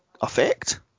effect